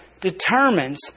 determines